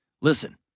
Listen